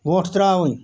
وۄٹھ ترٛاوٕنۍ